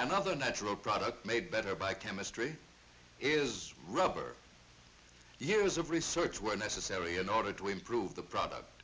and other natural products made better by chemistry is rubber years of research where necessary in order to improve the product